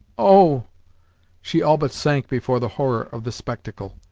oh she all but sank before the horror of the spectacle.